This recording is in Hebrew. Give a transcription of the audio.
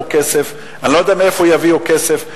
אני לא יודע מאיפה יאגמו כסף,